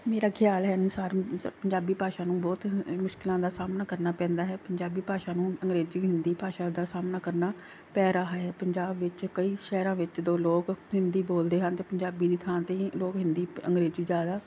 ਮੇਰਾ ਖਿਆਲ ਹੈ ਅਨੁਸਾਰ ਪੰਜਾਬੀ ਭਾਸ਼ਾ ਨੂੰ ਬਹੁਤ ਮੁਸ਼ਕਿਲਾਂ ਦਾ ਸਾਹਮਣਾ ਕਰਨਾ ਪੈਂਦਾ ਹੈ ਪੰਜਾਬੀ ਭਾਸ਼ਾ ਨੂੰ ਅੰਗਰੇਜ਼ੀ ਹਿੰਦੀ ਭਾਸ਼ਾ ਦਾ ਸਾਹਮਣਾ ਕਰਨਾ ਪੈ ਰਿਹਾ ਹੈ ਪੰਜਾਬ ਵਿੱਚ ਕਈ ਸ਼ਹਿਰਾਂ ਵਿੱਚ ਜਦੋਂ ਲੋਕ ਹਿੰਦੀ ਬੋਲਦੇ ਹਨ ਅਤੇ ਪੰਜਾਬੀ ਦੀ ਥਾਂ 'ਤੇ ਲੋਕ ਹਿੰਦੀ ਅੰਗਰੇਜ਼ੀ ਜ਼ਿਆਦਾ